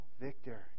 Victor